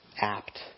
apt